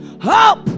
Hope